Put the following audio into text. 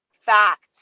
Fact